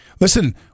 listen